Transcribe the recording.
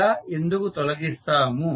ఇలా ఎందుకు తొలగిస్తాము